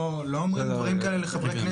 לא אומרים דברים כאלה לחברי כנסת.